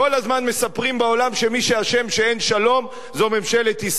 מספרים בעולם שמי שאשם שאין שלום זה ממשלת ישראל.